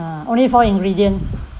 ha only four ingredient